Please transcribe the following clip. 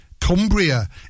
Cumbria